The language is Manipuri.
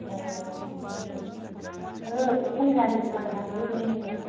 ꯑꯣ ꯑꯗꯨ ꯄꯨꯡ ꯀꯌꯥꯗ ꯗꯨꯀꯥꯟ ꯍꯥꯡꯒꯦ ꯅꯪꯗꯤ